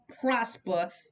prosper